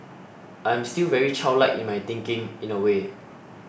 I'm still very childlike in my thinking in a way